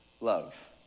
love